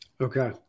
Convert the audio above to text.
Okay